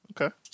Okay